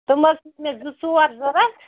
تِم حظ چھِ مےٚ زٕ ژور ضوٚرَتھ